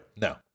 No